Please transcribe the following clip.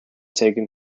taken